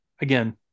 again